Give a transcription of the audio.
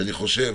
אני חושב